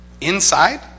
inside